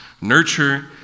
Nurture